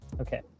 okay